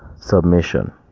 submission